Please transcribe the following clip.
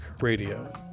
Radio